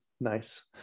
Nice